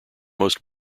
most